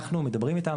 אנחנו מדברים איתם.